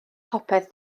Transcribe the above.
popeth